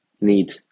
need